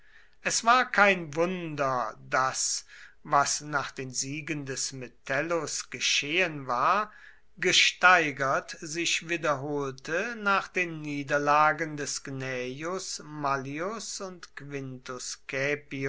es war kein wunder daß was nach den siegen des metellus geschehen war gesteigert sich wiederholte nach den niederlagen des gnaeus mallius und quintus